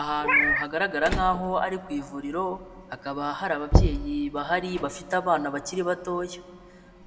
Ahantu hagaragara nkaho ari ku ivuriro, hakaba hari ababyeyi bahari bafite abana bakiri batoya.